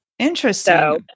Interesting